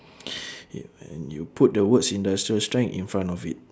K when you put the words industrial strength in front of it